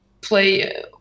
play